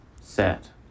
set